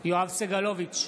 יואב סגלוביץ'